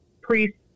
priests